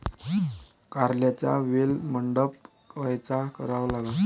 कारल्याचा वेल मंडप कायचा करावा लागन?